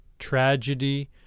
Tragedy